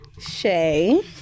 Shay